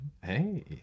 hey